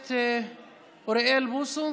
הכנסת אוריאל בוסו,